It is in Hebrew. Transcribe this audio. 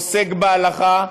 עוסק בהלכה,